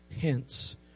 hence